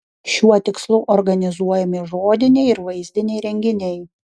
šiuo tikslu organizuojami žodiniai ir vaizdiniai renginiai